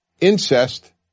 incest